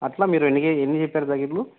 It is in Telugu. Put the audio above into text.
అట్లా మీరు ఎన్ని కేజీ ఎన్నిచెప్పారు ప్యాకెట్లు